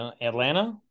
Atlanta